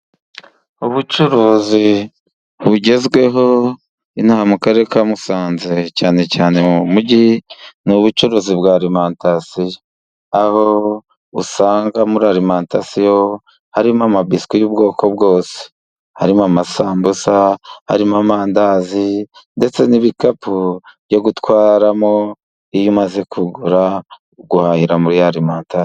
Ubucuruzi bugezweho, inaha mu Karere ka Musanze cyane cyane mu mujyi, ni ubucuruzi bwa alimantasiyo, aho usanga muri alimentasiyo harimo amabisikwi y'ubwoko bwose, harimo amasambusa, harimo amandazi ndetse n'ibikapu byo gutwaramo, iyo umaze kugura, guhahira muri alimantasiyo.